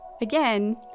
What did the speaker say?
again